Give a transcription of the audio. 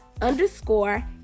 underscore